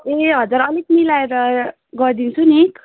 ए हजुर अलिक मिलाएर गरिदिन्छु नि